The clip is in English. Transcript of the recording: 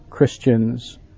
Christians